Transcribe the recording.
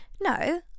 no